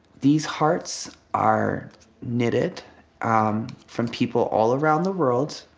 these hearts are knitted from people all around the world,